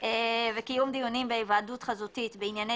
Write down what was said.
לחוק הארכת תקופת וקיום דיונים בהיוועדות חזותית בענייני